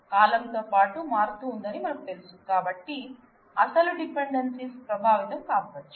కాలం తో పాటు మారుతూ ఉందని మనకు తెలుసు కాబట్టి అసలు డిపెండెన్సీస్ ప్రభావితం కావచ్చు